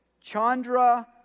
Chandra